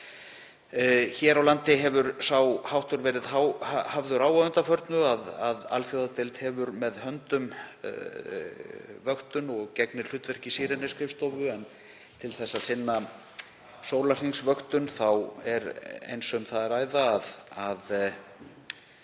Hér á landi hefur sá háttur verið hafður á að undanförnu að alþjóðadeild hefur með höndum vöktun og gegnir hlutverki SIRENE-skrifstofu, en til að sinna sólarhringsvöktun þá er um það að ræða að